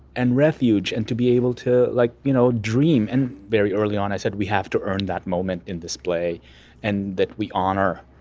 and refuge and to be able to like you know dream. and very early on i said we have to earn that moment in this play and that we honor.